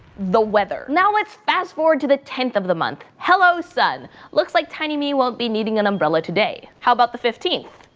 the weather now let's fast-forward to the tenth of the month hello, son looks like tiny me won't be needing an umbrella today how about the fifteenth?